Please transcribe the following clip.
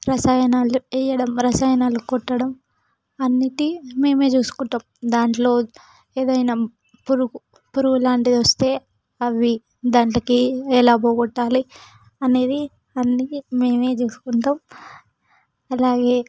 రసాయనాలు వేయడం రసాయనాలు కొట్టడం అన్నిటినీ మేమే చూసుకుంటాము దానిలో ఏదైనా పురుగు పురుగు లాంటిది వస్తే అవి దానిలోకి ఎలా పోగొట్టాలి అనేది అన్ని మేమే చూసుకుంటాము అలాగే